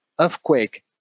earthquake